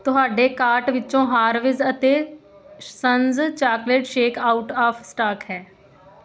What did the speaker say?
ਤੁਹਾਡੇ ਕਾਰਟ ਵਿੱਚੋ ਹਾਰਵੇਜ਼ ਅਤੇ Sons chocolate shake out of stock ਹੈ